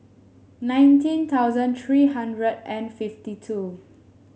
nineteen thousand three hundred and fifty two